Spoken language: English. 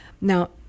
now